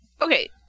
Okay